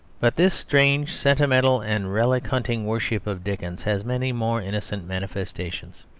but this strange sentimental and relic-hunting worship of dickens has many more innocent manifestations.